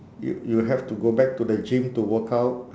y~ you have to go back to the gym to work out